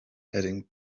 heading